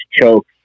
choke